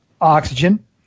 oxygen